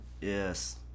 Yes